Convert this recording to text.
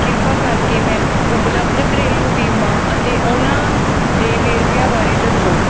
ਕਿਰਪਾ ਕਰਕੇ ਮੈਨੂੰ ਉਪਲਬਧ ਘਰੇਲੂ ਬੀਮਾ ਅਤੇ ਉਹਨਾਂ ਦੇ ਵੇਰਵਿਆਂ ਬਾਰੇ ਦੱਸੋ